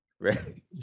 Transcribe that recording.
Right